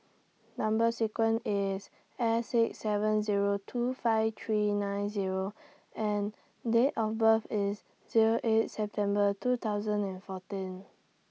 Number sequence IS S six seven Zero two five three nine Zero and Date of birth IS Zero eight September two thousand and fourteen